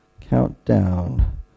Countdown